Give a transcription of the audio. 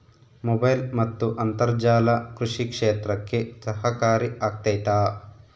Mobile ಮತ್ತು ಅಂತರ್ಜಾಲ ಕೃಷಿ ಕ್ಷೇತ್ರಕ್ಕೆ ಸಹಕಾರಿ ಆಗ್ತೈತಾ?